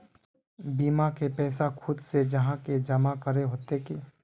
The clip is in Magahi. बीमा के पैसा खुद से जाहा के जमा करे होते की?